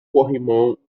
corrimão